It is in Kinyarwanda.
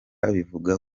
bivuga